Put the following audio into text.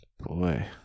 Boy